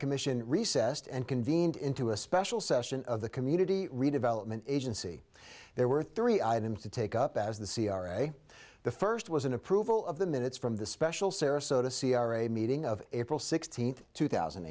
commission recessed and convened into a special session of the community redevelopment agency there were three items to take up as the c r a the first was an approval of the minutes from the special sarasota c r a meeting of april sixteenth two thousand